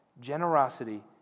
Generosity